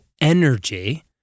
energy